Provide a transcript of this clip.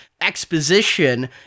exposition